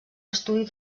estudi